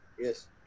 Yes